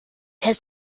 has